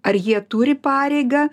ar jie turi pareigą